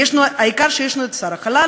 העיקר שיש לנו שר החלל,